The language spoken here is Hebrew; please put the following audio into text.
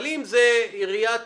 אבל אם זו רשות